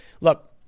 Look